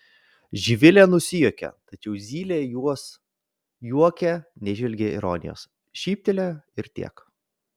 živilė nusijuokė tačiau zylė jos juoke neįžvelgė ironijos šyptelėjo ir tiek